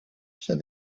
said